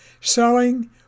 selling